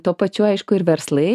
tuo pačiu aišku ir verslai